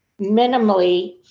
minimally